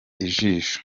ijisho